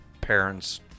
parents